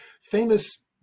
famous